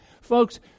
Folks